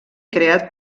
creat